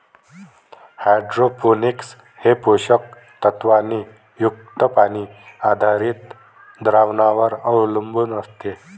hydroponics हे पोषक तत्वांनी युक्त पाणी आधारित द्रावणांवर अवलंबून असते